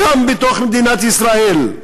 גם בתוך מדינת ישראל.